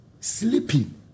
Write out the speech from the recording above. sleeping